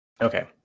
Okay